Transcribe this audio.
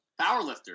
powerlifter